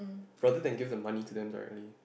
rather than give the money to them directly